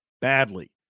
badly